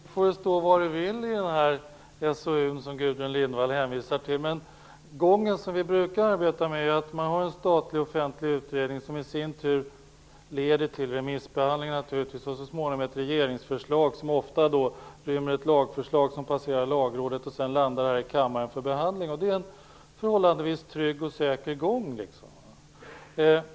Herr talman! Det får stå vad det vill i det SOU dokument som Gudrun Lindvall hänvisar till. Den vanliga arbetsgången här brukar vara att en statlig offentlig utredning lägger fram ett förslag som går ut på remiss, och så småningom presenteras ett regeringsförslag, som ofta rymmer ett lagförslag som passerar Lagrådet och sedan landar i kammaren för behandling. Det är en förhållandevis trygg och säker gång.